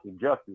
justice